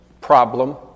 problem